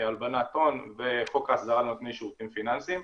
הלבנת הון וחוק ההסדרה לנותני שירותים פיננסיים.